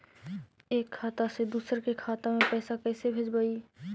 एक खाता से दुसर के खाता में पैसा कैसे भेजबइ?